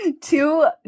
Two